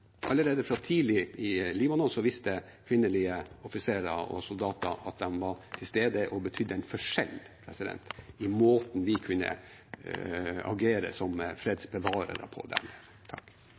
Allerede fra tidlig i Libanon viste kvinnelige offiserer og soldater at de var til stede og betydde en forskjell i måten vi kunne agere som fredsbevarende på